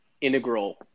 integral